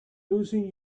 losing